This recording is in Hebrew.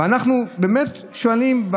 אבל אנחנו באמת שואלים,